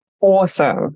Awesome